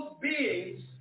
beings